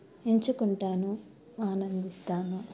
ఎంచుకుంటాను ఆనందిస్తాను